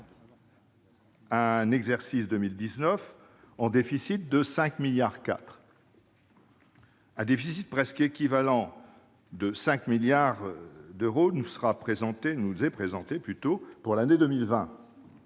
un exercice 2019 en déficit de 5,4 milliards d'euros ; un déficit presque équivalent, de 5 milliards d'euros, nous est présenté pour l'année 2020.